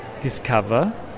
discover